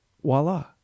Voila